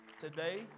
today